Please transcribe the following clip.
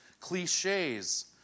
cliches